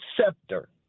scepter